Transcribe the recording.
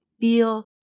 feel